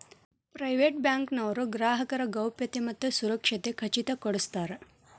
private bank ನವರು ಗ್ರಾಹಕರ ಗೌಪ್ಯತೆ ಮತ್ತ ಸುರಕ್ಷತೆ ಖಚಿತ ಕೊಡ್ಸತಾರ